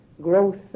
growth